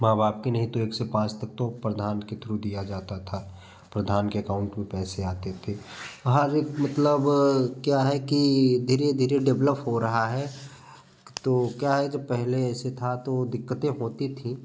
माँ बाप के नही तो एक से पाँच तक तो प्रधान के थ्रू दिया जाता था प्रधान के अकाउंट में पैसे आते थे हर एक मतलब क्या है कि धीरे धीरे डेवलप हो रहा है तो क्या है जब पहले ऐसे था तो दिक्कतें होती थीं